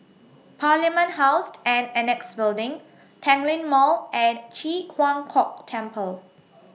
Parliament House and Annexe Building Tanglin Mall and Ji Huang Kok Temple